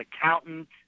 accountant